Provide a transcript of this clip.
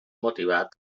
motivat